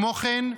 כמו כן,